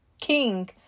king